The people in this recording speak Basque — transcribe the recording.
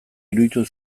iruditu